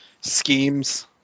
schemes